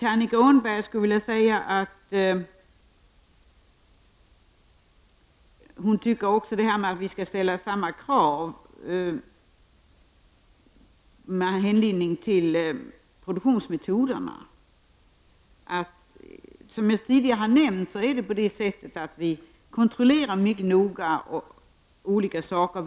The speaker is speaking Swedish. Annika Åhnberg tycker att vi skall ställa samma krav när det gäller produktionsmetoderna. Som jag tidigare har nämnt kontrollerar vi i Sverige mycket noga olika saker.